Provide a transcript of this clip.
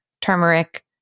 turmeric